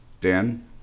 Dan